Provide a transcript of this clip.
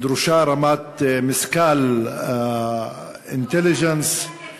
פעם גילה גמליאל אמרה לשרון